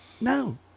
no